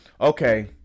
okay